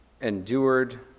endured